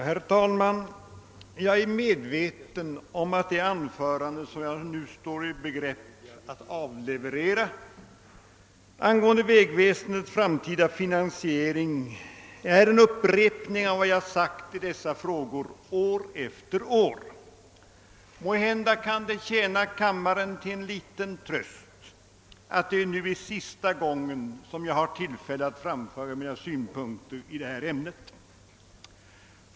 Herr talman! Jag är medveten om att det anförande som jag nu står i begrepp att avleverera angående vägväsendets framtida finansiering är en upprepning av vad jag har sagt i dessa frågor år efter år. Måhända kan det tjäna kammaren till någon tröst att det nu är sista gången som jag har tillfälle att framföra mina synpunkter på detta ämne.